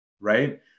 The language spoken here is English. Right